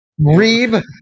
Reeb